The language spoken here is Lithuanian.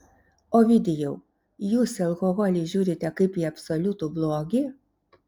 ovidijau jūs į alkoholį žiūrite kaip į absoliutų blogį